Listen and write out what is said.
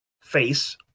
face